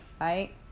right